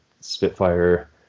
spitfire